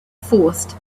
forced